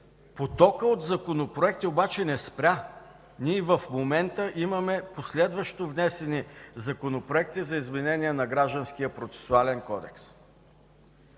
Потокът от законопроекти обаче не спря. Ние и в момента имаме последващо внесени законопроекти за изменение на Гражданския процесуален кодекс.